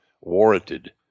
warranted